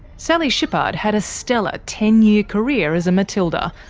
sally shipard had a stellar ten-year career as a matilda,